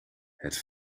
het